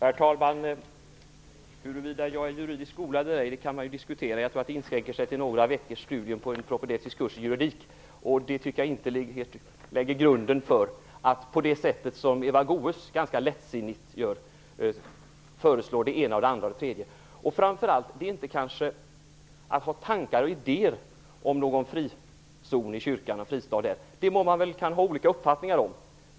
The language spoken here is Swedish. Herr talman! Huruvida jag är juridiskt skolad eller ej kan man ju diskutera. Jag tror att min juridiska skolning inskränker sig till några veckors studier på en propedeutisk kurs i juridik. Det tycker jag inte lägger grunden för att jag, på det sätt som Eva Goës ganska lättsinnigt gör, kan föreslå det ena, det andra och det tredje. Det handlar kanske inte framför allt om att ha tankar och idéer om någon frizon och fristad i kyrkan. Det må man ha olika uppfattningar om.